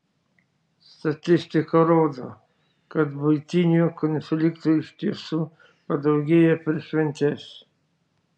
statistika rodo kad buitinių konfliktų iš tiesų padaugėja per šventes